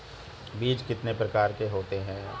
बीज कितने प्रकार के होते हैं?